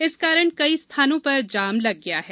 इस कारण कई स्थानों पर जाम लग गया है